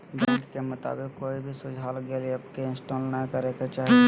bank के मुताबिक, कोई भी सुझाल गेल ऐप के इंस्टॉल नै करे के चाही